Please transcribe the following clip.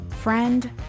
Friend